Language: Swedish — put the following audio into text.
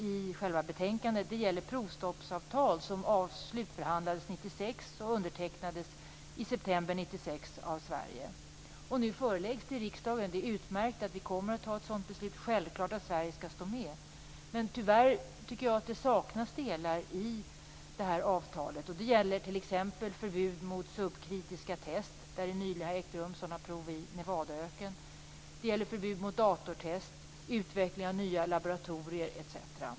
I själva betänkandet nämns också ett provstoppsavtal som slutförhandlades 1996 och undertecknades av Sverige i september 1996. Nu föreläggs det riksdagen. Det är utmärkt att vi kommer att fatta ett sådant beslut. Det är självklart att Sverige skall stå med. Men jag tycker tyvärr att det saknas delar i det här avtalet. Det gäller t.ex. förbud mot subkritiska test. Sådana prov har nyligen ägt rum i Nevadaöknen. Det gäller förbud mot datortest, utveckling av nya laboratorier etc.